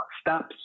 steps